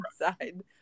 inside